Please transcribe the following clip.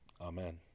Amen